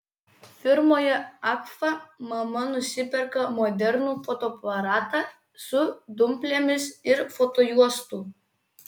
firmoje agfa mama nusiperka modernų fotoaparatą su dumplėmis ir fotojuostų